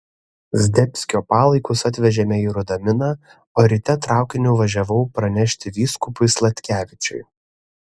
zdebskio palaikus atvežėme į rudaminą o ryte traukiniu važiavau pranešti vyskupui sladkevičiui